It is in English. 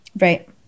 Right